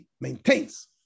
maintains